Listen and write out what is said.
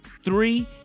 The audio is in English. three